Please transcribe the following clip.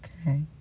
okay